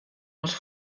els